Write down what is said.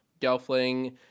Gelfling